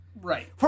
Right